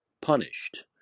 punished